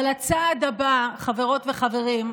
אבל הצעד הבא, חברות וחברים,